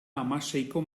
hamaseiko